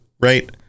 right